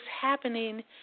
happening